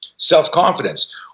Self-confidence